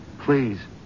Please